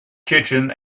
kitchen